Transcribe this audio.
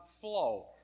flow